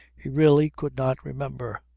he really could not remember.